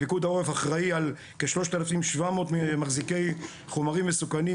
פיקוד העורף אחראי על כ-3700 מחזיקי חומרים מסוכנים,